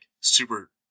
super